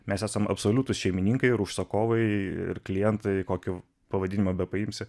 mes esam absoliutūs šeimininkai ir užsakovai ir klientai kokį pavadinimą bepaimsi